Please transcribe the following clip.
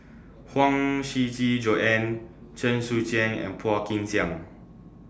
Huang Shiqi Joan Chen Sucheng and Phua Kin Siang